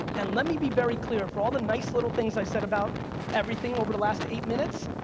and let me be very clear. for all the nice little things i said about everything over the last eight minutes,